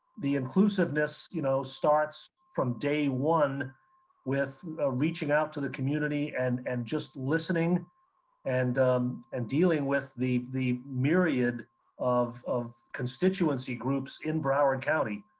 the inclusiveness you know starts from day one with reaching out to the community and and just listening and and dealing with the the myriad of of constituency groups in broward county.